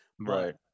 Right